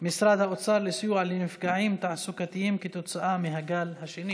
משרד האוצר לסיוע לנפגעים תעסוקתיים כתוצאה מהגל השני.